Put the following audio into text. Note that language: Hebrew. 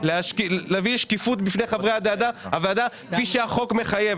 להביא לשקיפות בפני חברי הוועדה כפי שהחוק מחייב.